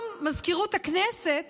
גם מזכירות הכנסת